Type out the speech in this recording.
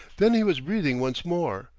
then he was breathing once more,